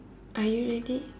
are you ready